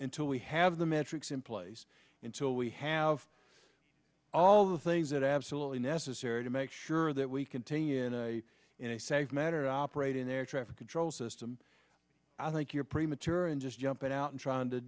until we have the metrics in place until we have all of the things that absolutely necessary to make sure that we continue in a in a safe matter operate an air traffic control system i think you're premature in just jumping out and trying to